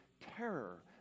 terror